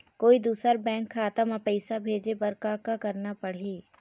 कोई दूसर बैंक खाता म पैसा भेजे बर का का करना पड़ही?